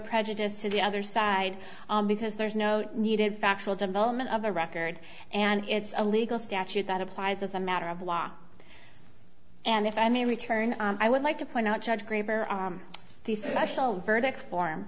prejudice to the other side because there's no needed factual development of a record and it's a legal statute that applies as a matter of law and if i may return i would like to point out judge gruber the special verdict form